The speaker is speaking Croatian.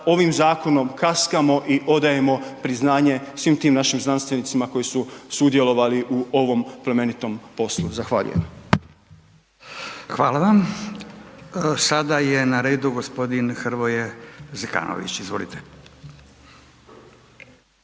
ovim zakonom kaskamo i odajemo priznanje svim tim našim znanstvenicima koji su sudjelovali u ovom plemenitom poslu. Zahvaljujem. **Radin, Furio (Nezavisni)** Hvala. Sada je na redu g. Hrvoje Zekanović, izvolite.